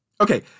Okay